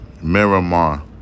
Miramar